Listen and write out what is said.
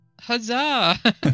Huzzah